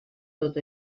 tot